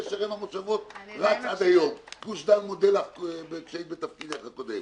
גוש דן מודה לך כשהיית בתפקידך הקודם.